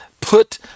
put